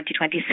2026